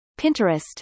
Pinterest